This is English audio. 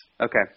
Okay